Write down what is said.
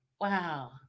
Wow